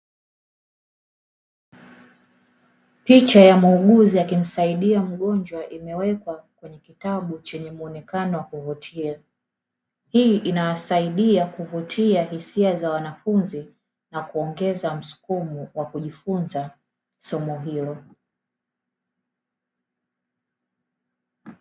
Picha ya muuguzi akimisaidia mgonjwa imewekwa kweye kitabu chenye muonekano wa kuvutia, hii inasaidia kuvutia hisia za wanafunzi na kuongeza msukumo wa kujifunza somo hilo.